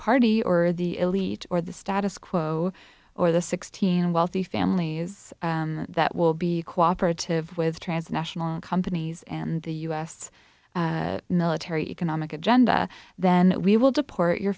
party or the elite or the status quo or the sixteen wealthy families that will be co operative with trans national companies and the u s military economic agenda then we will deport your